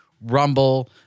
Rumble